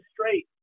straight